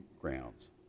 grounds